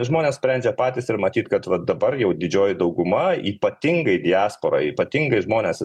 žmonės sprendžia patys ir matyt kad va dabar jau didžioji dauguma ypatingai diaspora ypatingai žmonės